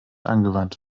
angewandt